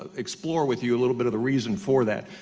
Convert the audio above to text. explore with you a little bit of the reason for that.